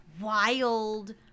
wild